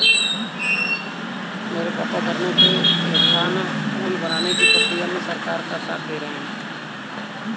मेरे पापा गन्नों से एथानाओल बनाने की प्रक्रिया में सरकार का साथ दे रहे हैं